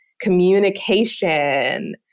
Communication